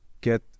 get